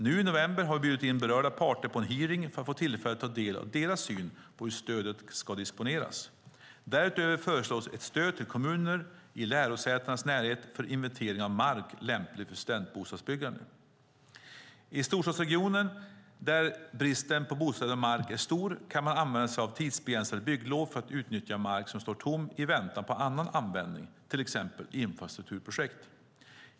Nu i november har vi bjudit in berörda parter på en hearing för att få tillfälle att ta del av deras syn på hur stödet ska disponeras. Därutöver föreslås ett stöd till kommuner i lärosätenas närhet för inventering av mark lämplig för studentbostadsbyggande. I storstadsregioner där bristen på bostäder och mark är stor kan man använda sig av tidsbegränsade bygglov för att utnyttja mark som står tom i väntan på annan användning, till exempel infrastrukturprojekt.